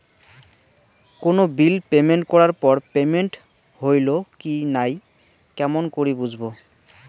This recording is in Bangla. কোনো বিল পেমেন্ট করার পর পেমেন্ট হইল কি নাই কেমন করি বুঝবো?